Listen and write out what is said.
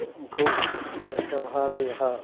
गौ वृषभादयः